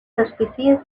suspicious